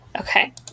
Okay